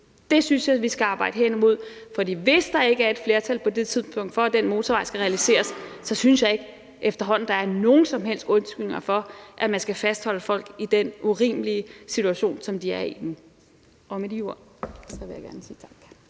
Det synes jeg vi skal arbejde hen imod, for hvis der ikke på det tidspunkt er et flertal for, at den motorvej skal realiseres, synes jeg efterhånden ikke, at der er nogen som helst undskyldninger for, at man skal fastholde folk i den urimelige situation, som de er i nu. Og med de ord vil jeg gerne sige tak.